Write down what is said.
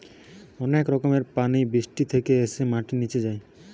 অনেক রকম পানি বৃষ্টি থেকে এসে মাটিতে নিচে যায়